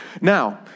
Now